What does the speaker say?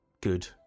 good